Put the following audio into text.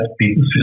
People